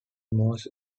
most